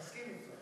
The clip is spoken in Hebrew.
מסכים אתך.